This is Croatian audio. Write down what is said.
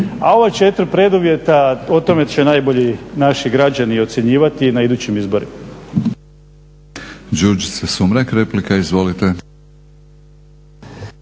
A ova četiri preduvjeta, o tome će najbolje naši građani ocjenjivati na idućim izborima.